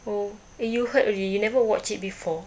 oh eh you heard already you never watch it before